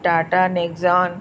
Tata Nexon